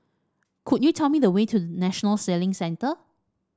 could you tell me the way to National Sailing Centre